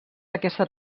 aquesta